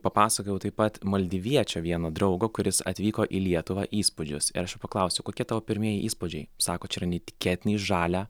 papasakojau taip pat maldyviečio vieno draugo kuris atvyko į lietuvą įspūdžius ir aš paklausiu kokie tavo pirmieji įspūdžiai sako čia yra neįtikėtinai žalia